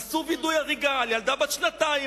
עשו וידוא הריגה לילדה בת שנתיים,